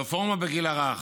הרפורמה בגיל הרך: